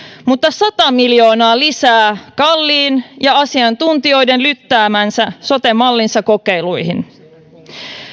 mutta sata miljoonaa lisää kalliin ja asiantuntijoiden lyttäämän sote mallinsa kokeiluihin